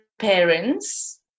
parents